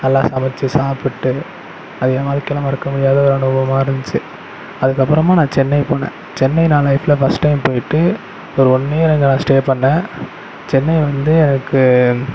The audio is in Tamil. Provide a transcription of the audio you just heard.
நல்லா சமைச்சி சாப்பிட்டு அது என் வாழ்க்கையில் மறக்க முடியாத ஒரு அனுபவமாக இருந்துச்சி அதுக்கப்புறமா நான் சென்னை போனேன் சென்னை நான் லைஃபில் ஃபஸ்ட் டைம் போய்ட்டு ஒரு ஒன் இயர் அங்கே நான் ஸ்டே பண்ணேன் சென்னையை வந்து எனக்கு